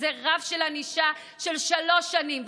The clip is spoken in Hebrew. שזה רף ענישה של שלוש שנים,